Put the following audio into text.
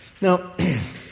Now